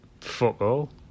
football